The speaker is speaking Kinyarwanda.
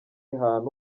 hantu